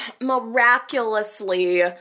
miraculously